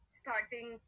starting